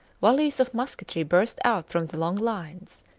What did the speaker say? volleys of musketry burst out from the long lines.